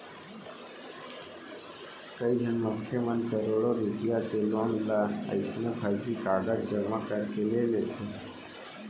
कइझन मनखे मन करोड़ो रूपिया के लोन ल अइसने फरजी कागज जमा करके ले लेथे